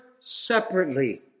separately